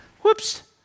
whoops